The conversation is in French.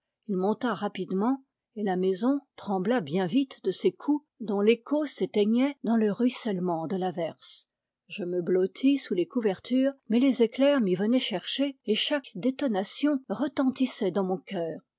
il monta rapidement et la maison trembla bien vite de ses coups dont l'écho s'éteignait dans le ruissellement de l'averse je me blottis sous les couvertures mais les éclairs m'y venaient chercher et chaque détonation retentissait dans mon cœur